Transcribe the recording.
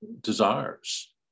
desires